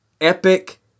epic